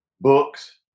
books